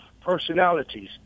personalities